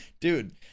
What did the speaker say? dude